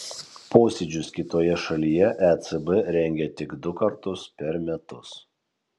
posėdžius kitoje šalyje ecb rengia tik du kartus per metus